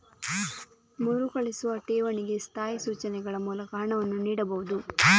ಮರುಕಳಿಸುವ ಠೇವಣಿಗೆ ಸ್ಥಾಯಿ ಸೂಚನೆಗಳ ಮೂಲಕ ಹಣವನ್ನು ನೀಡಬಹುದು